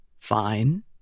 Fine